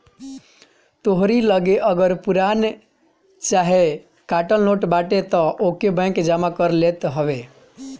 तोहरी लगे अगर पुरान चाहे फाटल नोट बाटे तअ ओके बैंक जमा कर लेत हवे